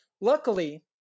Luckily